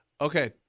okay